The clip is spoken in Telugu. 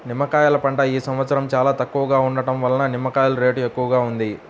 నిమ్మకాయల పంట ఈ సంవత్సరం చాలా తక్కువగా ఉండటం వలన నిమ్మకాయల రేటు ఎక్కువగా ఉంది